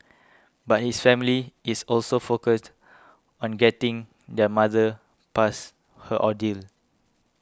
but his family is also focused on getting their mother past her ordeal